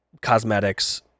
Cosmetics